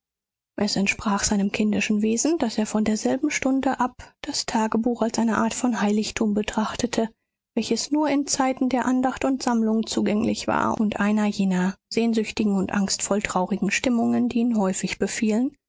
es entsprach seinem kindischen wesen daß er von derselben stunde ab das tagebuch als eine art von heiligtum betrachtete welches nur in zeiten der andacht und sammlung zugänglich war und in einer jener sehnsüchtigen und angstvoll traurigen stimmungen die ihn häufig befielen